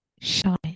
Shine